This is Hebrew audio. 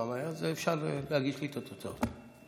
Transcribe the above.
אז אפשר להגיש לי את התוצאות.